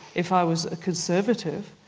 if i was a conservative,